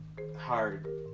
hard